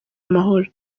amahoro